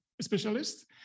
specialist